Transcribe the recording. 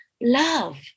love